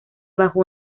bajo